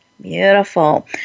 Beautiful